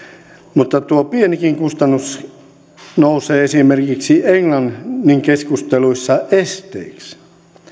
mutta tuo pienikin kustannus nousee esimerkiksi englannin keskusteluissa esteeksi